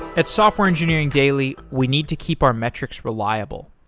at software engineering daily, we need to keep our metrics reliable.